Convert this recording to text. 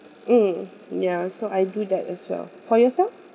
mm ya so I do that as well for yourself